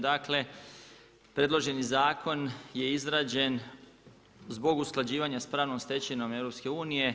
Dakle, predloženi zakon je izražen zbog usklađivanja s pravnom stečevinom EU.